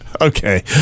Okay